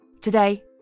Today